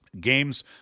games